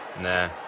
nah